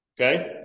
Okay